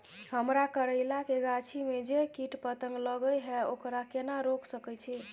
हमरा करैला के गाछी में जै कीट पतंग लगे हैं ओकरा केना रोक सके छी?